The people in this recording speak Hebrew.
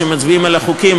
כשמצביעים על החוקים,